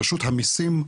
ברשות המיסים,